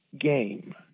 Game